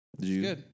good